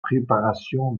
préparation